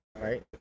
Right